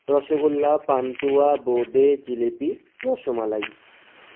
rasgulla pantua bonde jalebi rasmalai